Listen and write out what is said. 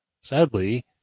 sadly